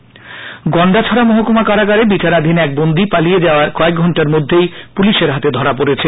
police Gandacherra মহকুমা কারাগারে বিচারাধীন এক বন্দী পালিয়ে যাওয়ার কয়েক ঘন্টার মধ্যেই পুলিশের হাতে ধরা পড়েছে